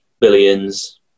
Billions